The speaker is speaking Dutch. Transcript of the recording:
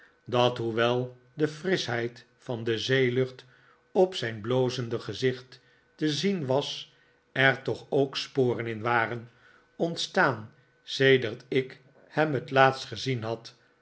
dat hoewel de frischheid van de zeelucht op zijn blozende gezicht te zien was er toch ook sporen in waren ontstaan sedert ik hem het laatst gezien had